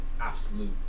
absolute